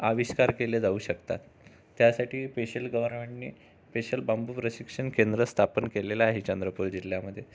आविष्कार केले जाऊ शकतात त्यासाठी पेशल गवर्नमेंटनी स्पेशल बांबू प्रशिक्षण केंद्र स्थापन केलंलं आहे चंद्रपूर जिल्ह्यामध्ये